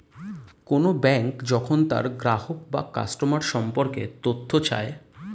কোন ব্যাঙ্ক যখন তার গ্রাহক বা কাস্টমার সম্পর্কে তথ্য চায়